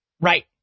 Right